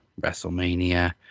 WrestleMania